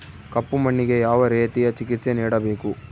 ಕಪ್ಪು ಮಣ್ಣಿಗೆ ಯಾವ ರೇತಿಯ ಚಿಕಿತ್ಸೆ ನೇಡಬೇಕು?